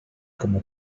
como